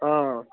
অঁ